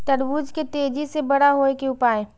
तरबूज के तेजी से बड़ा होय के उपाय?